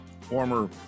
former